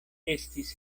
estis